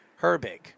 Herbig